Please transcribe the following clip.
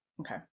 Okay